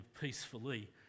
peacefully